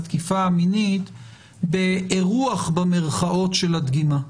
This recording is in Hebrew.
התקיפה המינית ב"אירוח" של הדגימה.